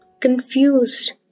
Confused